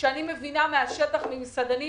אני מבינה מהשטח, ממסעדנים,